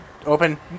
Open